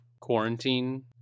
quarantine